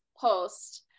post